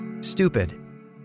stupid